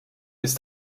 ist